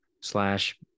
slash